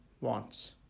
wants